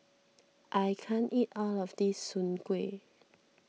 I can't eat all of this Soon Kuih